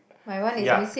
ya